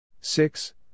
six